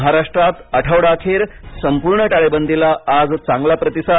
महाराष्ट्रात आठवडाअखेर संपूर्ण टाळेबदीला आज चांगला प्रतिसाद